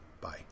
Bye